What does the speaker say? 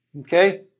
okay